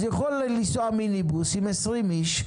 אז יכול לנסוע מיניבוסים עם 20 איש,